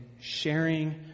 sharing